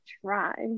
try